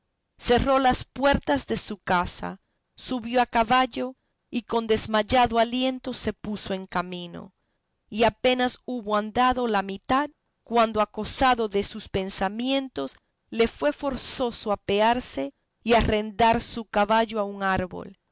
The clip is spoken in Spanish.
cerró las puertas de su casa subió a caballo y con desmayado aliento se puso en camino y apenas hubo andado la mitad cuando acosado de sus pensamientos le fue forzoso apearse y arrendar su caballo a un árbol